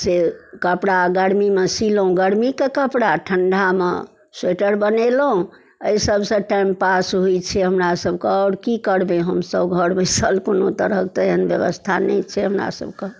से कपड़ा गरमीमे सीलहुॅं गरमीके कपड़ा ठंडामे स्वेटर बनेलहुॅं एहि सबसँ टाइम पास होइ छै हमरा सबके आओर की करबै हमसब घर बैसल कोनो तरहक तेहन व्यवस्था नहि छै हमरा सबके